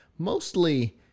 mostly